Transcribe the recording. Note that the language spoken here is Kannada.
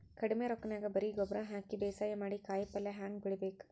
ಕಡಿಮಿ ರೊಕ್ಕನ್ಯಾಗ ಬರೇ ಗೊಬ್ಬರ ಹಾಕಿ ಬೇಸಾಯ ಮಾಡಿ, ಕಾಯಿಪಲ್ಯ ಹ್ಯಾಂಗ್ ಬೆಳಿಬೇಕ್?